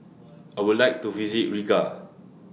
I Would like to visit Riga